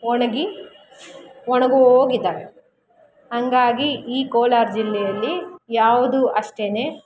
ಒಣಗಿ ಒಣಗೋಗಿದ್ದಾವೆ ಹಂಗಾಗಿ ಈ ಕೋಲಾರ ಜಿಲ್ಲೆಯಲ್ಲಿ ಯಾವುದು ಅಷ್ಟೇನೇ